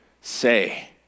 say